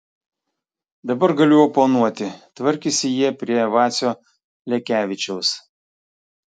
dabar galiu oponuoti tvarkėsi jie prie vacio lekevičiaus